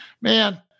Man